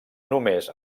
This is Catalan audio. només